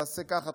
תעשה ככה,